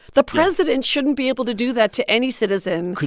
the president shouldn't be able to do that to any citizen,